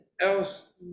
else